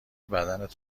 بدنت